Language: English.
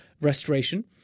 restoration